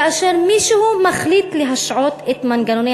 כאשר מישהו מחליט להשעות את מנגנוני